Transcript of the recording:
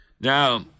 Now